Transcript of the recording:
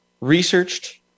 Researched